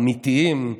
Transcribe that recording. אמיתיים,